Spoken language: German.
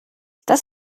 das